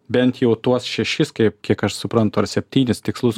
bent jau tuos šešis kaip kiek aš suprantu ar septynis tikslus